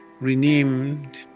renamed